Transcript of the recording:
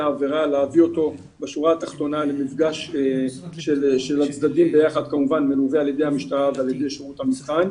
עבירה למפגש של הצדדים שינוהל על ידי המשטרה ועל ידי שירות המבחן,